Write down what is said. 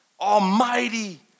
Almighty